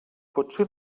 potser